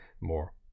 more